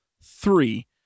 three